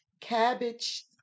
Cabbage